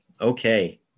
Okay